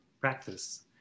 practice